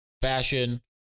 fashion